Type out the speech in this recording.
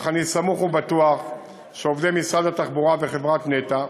אך אני סמוך ובטוח שעובדי משרד התחבורה וחברת נת"ע